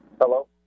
Hello